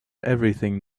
everything